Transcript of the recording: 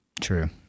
True